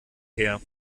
her